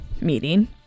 meeting